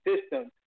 system